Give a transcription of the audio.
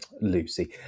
Lucy